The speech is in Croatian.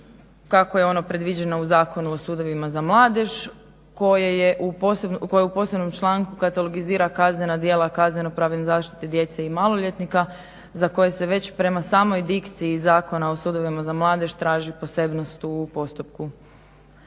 kako je ono predviđeno u Zakonu o sudovima za mladež koje u posebnom članku katalogizira kaznena djela kaznenopravne zaštite djece i maloljetnika za koje se već prema samoj dikciji Zakona o sudovima za mladež traži posebnost u postupku.